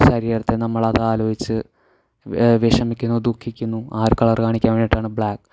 ശരീരത്തെ നമ്മൾ അത് ആലോചിച്ച് വിഷമിക്കുന്നു ദുഃഖിക്കുന്നു ആ ഒരു കളർ കാണിക്കാൻ വേണ്ടിയിട്ടാണ് ബ്ലാക്ക്